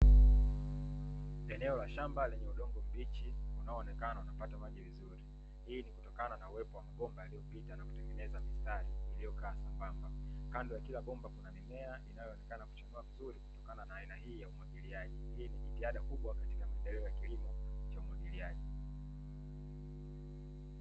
Eneo la shamba lenye udongo mbichi unaoonekana unapata maji vizuri, hii ni kutokana na uwepo wa mabomba yaliyopita na kutengeneza mistari iliokaa sambamba. Kando ya kila bomba kuna mimea inayoonekana kuchanua vizuri kutokana na aina hii ya umwagiliaji, hii ni jitihada kubwa katika maendeleo ya kilimo cha umwagiliaji.